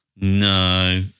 No